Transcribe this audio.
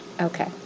Okay